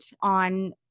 on